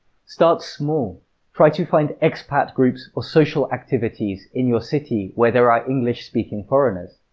start small try to find expat groups or social activities in your city where there are english-speaking foreigners.